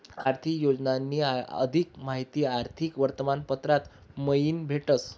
आर्थिक योजनानी अधिक माहिती आर्थिक वर्तमानपत्र मयीन भेटस